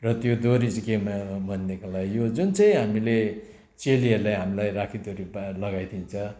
र त्यो डोरी चाहिँ के हो भनेदेखिलाई यो जुन चाहिँ हामीले चेलीहरूले हामीलाई राखी डोरी लगाइदिन्छ